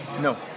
No